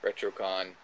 RetroCon